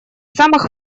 самых